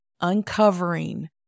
uncovering